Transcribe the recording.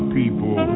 people